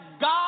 God